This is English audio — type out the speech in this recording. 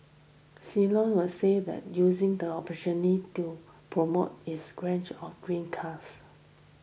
Citroen a saved using the opportunity to promote its range of green cars